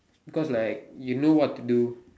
because like you know what to do